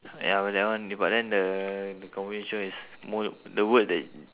ya but that one K but then the the conversation is mo~ the word that